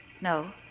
No